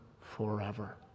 forever